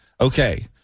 Okay